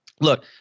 look